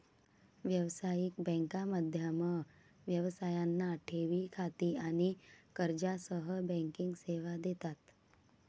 व्यावसायिक बँका मध्यम व्यवसायांना ठेवी खाती आणि कर्जासह बँकिंग सेवा देतात